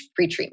pretreatment